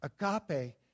agape